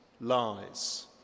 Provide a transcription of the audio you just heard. lies